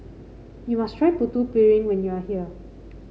you must try Putu Piring when you are here